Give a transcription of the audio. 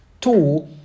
Two